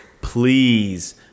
Please